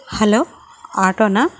hello ఆటోనా